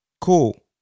Cool